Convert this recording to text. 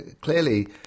clearly